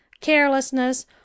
carelessness